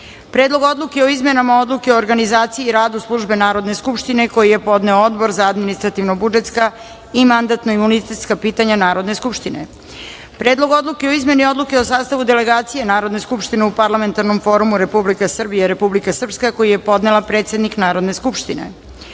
Predlog odluke o izmenama Odluke o organizaciji i radu Službe Narodne skupštine, koji je podneo Odbor za administrativno-budžetska i mandatno-imunitetska pitanja Narodne skupštine;51. Predlog odluke o izmeni Odluke o sastavu delegacije Narodne skupštine u Parlamentarnom forumu Republika Srbija – Republika Srpska, koji je podnela predsednik Narodne skupštine;52.